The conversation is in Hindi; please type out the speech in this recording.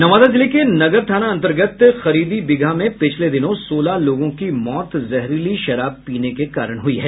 नवादा जिले के नगर थाना अंतर्गत खरीदी बिगहा में पिछले दिनों सोलह लोगों की मौत जहरीली शराब पीने के कारण हुई है